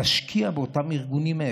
נשקיע באותם ארגונים.